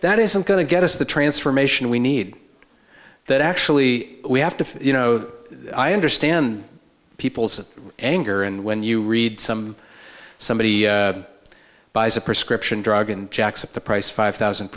that isn't going to get us the transformation we need that actually we have to you know i understand people's anger and when you read some somebody buys a prescription drug and jacks up the price five thousand